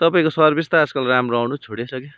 तपाईँको सर्भिस त आजकल राम्रो आउनै छोडिसक्यो